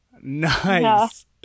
nice